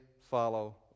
follow